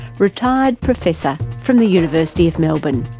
retired professor from the university of melbourne.